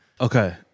Okay